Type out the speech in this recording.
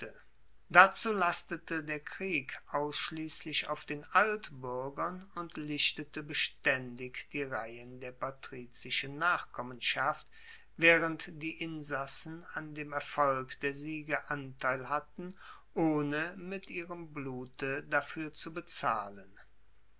dazu lastete der krieg ausschliesslich auf den altbuergern und lichtete bestaendig die reihen der patrizischen nachkommenschaft waehrend die insassen an dem erfolg der siege anteil hatten ohne mit ihrem blute dafuer zu bezahlen